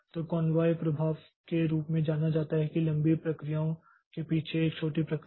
तो यह कॉन्वाय प्रभाव के रूप में जाना जाता है लंबी प्रक्रियाओं के पीछे एक छोटी प्रक्रिया